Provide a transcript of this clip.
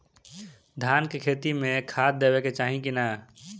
धान के खेती मे खाद देवे के चाही कि ना?